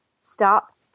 stop